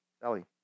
Sally